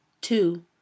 two